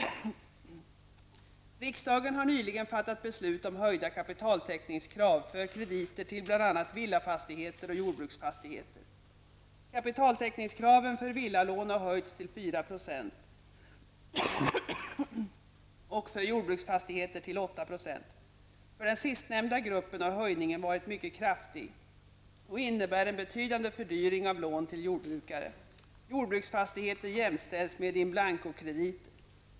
Riksdagen har nyligen fattat beslut om höjda kapitaltäckningskrav för krediter till bl.a. Kapitaltäckningskraven för villalån har höjts till 4 % och för jordbruksfastigheter till 8 %. För den sistnämnda gruppen har höjningen varit mycket kraftig och innebär en betydande fördyring av lån till jordbrukare. Jordbruksfastigheter jämställs med in-blanco-krediter.